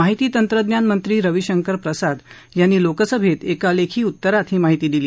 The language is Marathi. माहिती तंत्रज्ञान मंत्री रविशंकर प्रसाद यांनी लोकसभेत एका लेखी उत्तरात ही माहिती दिली